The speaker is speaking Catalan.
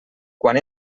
quan